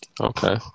Okay